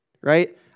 right